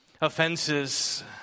offenses